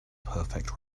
perfect